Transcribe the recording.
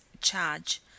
charge